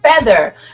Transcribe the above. feather